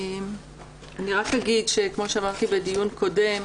אני רק אגיד, כמו שאמרתי בדיון קודם,